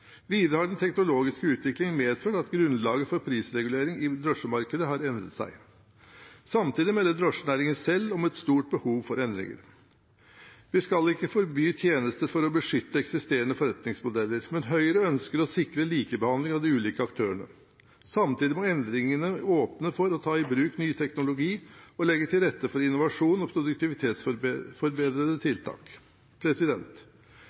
videre: «Ikke minst har den teknologiske utviklingen medført at grunnlaget for prisregulering i drosjemarkedet har endret seg.» Samtidig melder drosjenæringen selv om et stort behov for endringer. Vi skal ikke forby tjenester for å beskytte eksisterende forretningsmodeller, men Høyre ønsker å sikre likebehandling av de ulike aktørene. Samtidig må endringene åpne for å ta i bruk ny teknologi og legge til rette for innovasjon og